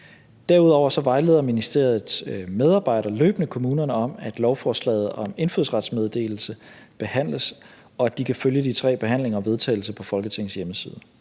Derudover vejleder ministeriets medarbejdere løbende kommunerne om, at lovforslaget om indfødsrets meddelelse behandles, og at de kan følge de tre behandlinger og vedtagelse på Folketingets hjemmeside.